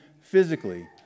physically